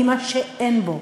היא מה שאין בו,